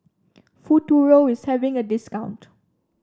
futuro is having a discount